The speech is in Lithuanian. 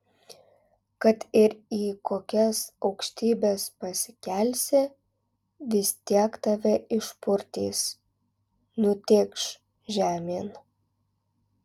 kad ir į kokias aukštybes pasikelsi vis tiek tave išpurtys nutėkš žemėn